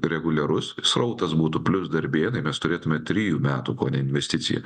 reguliarus srautas būtų plius darbėnai mes turėtume trijų metų kone investiciją